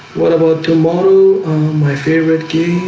what about tomorrow my favorite game?